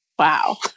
Wow